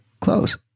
close